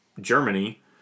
Germany